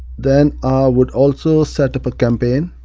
then i would also set up a campaign